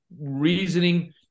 reasoning